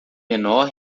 menor